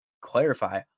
clarify